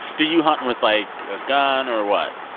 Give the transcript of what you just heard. do you hunt and with, like, a gun or what?